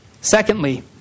Secondly